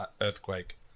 earthquake